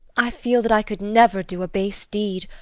i feel that i could never do a base deed,